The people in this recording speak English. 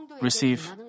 receive